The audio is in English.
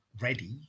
ready